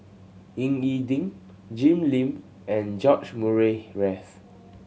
Ying E Ding Jim Lim and George Murray Reith